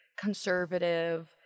conservative